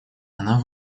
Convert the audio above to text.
она